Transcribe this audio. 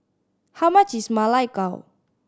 how much is Ma Lai Gao